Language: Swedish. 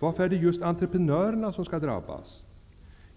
Varför är det just entreprenörerna som skall drabbas?